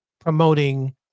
promoting